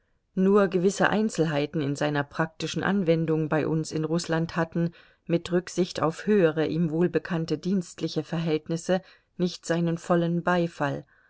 nur gewisse einzelheiten in seiner praktischen anwendung bei uns in rußland hatten mit rücksicht auf höhere ihm wohlbekannte dienstliche verhältnisse nicht seinen vollen beifall